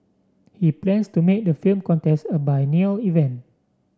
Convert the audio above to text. he plans to make the film contest a biennial event